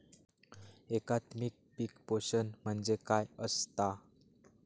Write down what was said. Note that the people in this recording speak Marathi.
एकात्मिक पीक पोषण म्हणजे काय असतां?